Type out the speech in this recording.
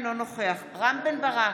אינו נוכח רם בן ברק,